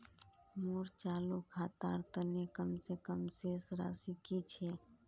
मोर चालू खातार तने कम से कम शेष राशि कि छे?